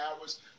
hours